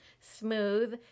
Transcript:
smooth